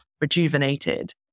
rejuvenated